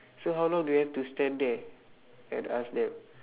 so how long do you have to stand there and ask them